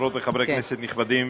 חברות וחברי כנסת נכבדים,